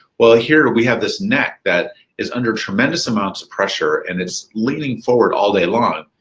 well here, we have this neck, that is under tremendous amounts of pressure, and it's leaning forward all day long,